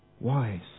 Wise